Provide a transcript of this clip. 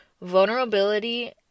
vulnerability